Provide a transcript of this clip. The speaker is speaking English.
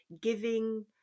giving